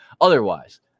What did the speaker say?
Otherwise